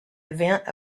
event